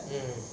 mmhmm